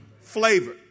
Flavor